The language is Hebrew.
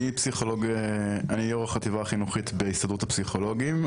אני יו"ר החטיבה החינוכית בהסתדרות הפסיכולוגים,